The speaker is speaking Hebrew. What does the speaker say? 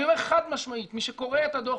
אני אומר חד משמית: מי שקורא את הדוח,